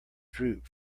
droop